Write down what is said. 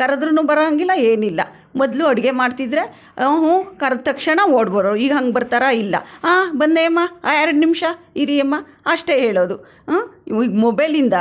ಕರೆದ್ರೂ ಬರೋಂಗಿಲ್ಲ ಏನಿಲ್ಲ ಮೊದಲು ಅಡುಗೆ ಮಾಡ್ತಿದ್ದರೆ ಹ್ಞೂ ಕರೆದ ತಕ್ಷಣ ಓಡಿ ಬರೋರು ಈಗ ಹಂಗೆ ಬರ್ತಾರಾ ಇಲ್ಲ ಆಹ್ ಬಂದೇ ಅಮ್ಮ ಹಾಂ ಎರಡು ನಿಮಿಷ ಇರಿ ಅಮ್ಮ ಅಷ್ಟೇ ಹೇಳೋದು ಈಗ ಮೊಬೈಲಿಂದ